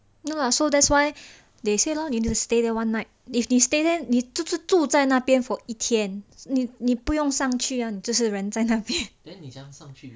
no lah so that's why they say lor we need to stay one night if 你 stay there 你住在那边 for 一天你你不用上去呀你就是人在那边